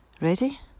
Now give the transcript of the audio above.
Ready